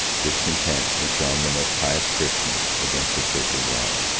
discontent which armed the most pious christians against the church of rome.